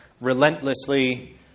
relentlessly